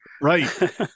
Right